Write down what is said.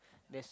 there's